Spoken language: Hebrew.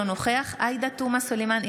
אינו נוכח עאידה תומא סלימאן,